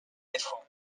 défaut